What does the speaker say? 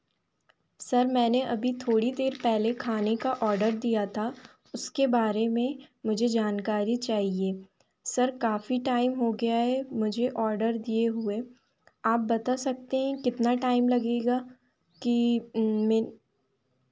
sir मैंने अभी थोड़ी देर पहले खाने का ऑर्डर दिया था उसके बारे में मुझे जानकारी चाहिए सर काफ़ी टाइम हो गया है मुझे ऑर्डर दिए हुए आप बता सकते हैं कितना टाइम लगेगा कि मे